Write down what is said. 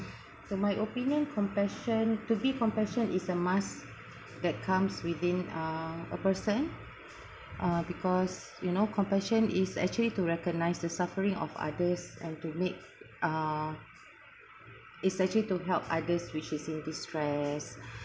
the my opinion compassion to be compassion is a must that comes within uh a person uh because you know compassion is actually to recognise the suffering of others and to make uh it's actually to help others which is in distress